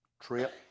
trip